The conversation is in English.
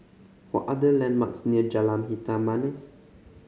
what are the landmarks near Jalan Hitam Manis